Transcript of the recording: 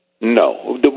No